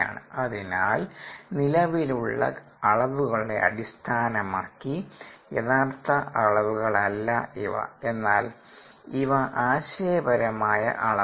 അതിനാൽ നിലവിലുള്ള അളവുകളെ അടിസ്ഥാനമാക്കി യഥാർത്ഥ അളവുകളല്ല ഇവ എന്നാൽ ഇവ ആശയപരമായ അളവുകളാണ്